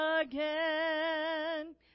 again